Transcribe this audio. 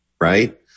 Right